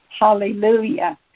Hallelujah